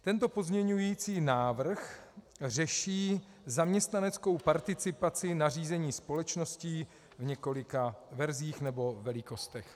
Tento pozměňovací návrh řeší zaměstnaneckou participaci na řízení společností v několika verzích nebo velikostech.